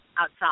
outside